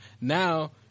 Now